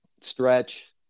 stretch